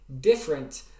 different